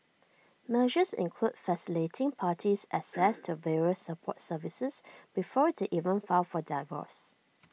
measures include facilitating parties access to various support services before they even file for divorce